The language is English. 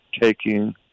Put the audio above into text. taking